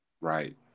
right